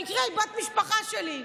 במקרה היא בת משפחה שלי,